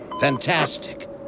Fantastic